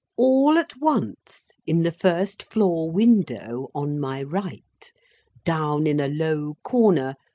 all at once in the first-floor window on my right down in a low corner,